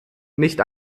nicht